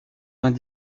vingt